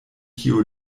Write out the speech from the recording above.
kiu